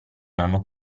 hanno